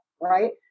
right